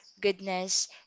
goodness